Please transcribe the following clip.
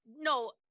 No